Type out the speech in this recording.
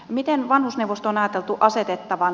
miten vanhusneuvosto on ajateltu asetettavan